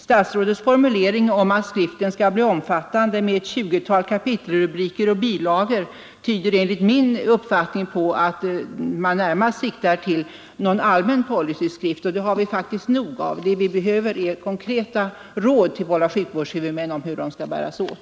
Statsrådets formulering att skriften skall bli omfattande med ett tjugotal kapitelrubriker och bilagor tyder enligt min uppfattning på att man närmast siktar till någon allmän policyskrift. Sådana har vi nog av. Vad vi behöver är konkreta råd till våra sjukvårdshuvudmän om hur de skall bära sig åt